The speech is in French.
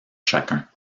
chacun